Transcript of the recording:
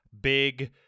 big